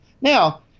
now